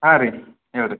ಹಾಂ ರೀ ಹೇಳಿರಿ